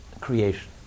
creation